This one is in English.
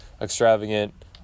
Extravagant